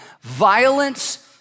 violence